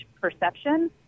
perception